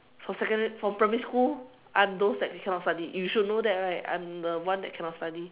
for secondary for primary school I'm those that cannot study you should know that right I'm the one that cannot study